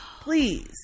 Please